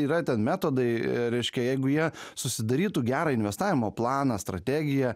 yra ten metodai reiškia jeigu jie susidarytų gerą investavimo planą strategiją